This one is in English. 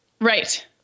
right